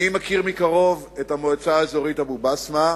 אני מכיר מקרוב את המועצה האזורית אבו-בסמה.